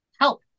help